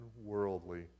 unworldly